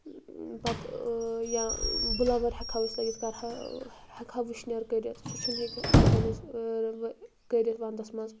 پَتہٕ یا بٕلَوَر ہٮ۪کہٕ ہاو أسۍ لٲگِتھ کَرہاو ہٮ۪کہٕ ہاو وٕشنیر کٔرِتھ سُہ چھُنہٕ ییٚتہِ ہٮ۪کان أسۍ کٔرٕتھ ونٛدَس منٛز